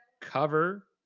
cover